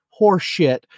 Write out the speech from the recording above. horseshit